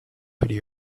pretty